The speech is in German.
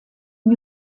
new